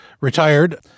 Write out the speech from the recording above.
retired